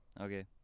Okay